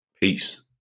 Peace